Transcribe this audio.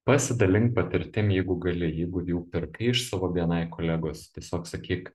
pasidalink patirtim jeigu gali jeigu jau pirkai iš savo bni kolegos tiesiog sakyk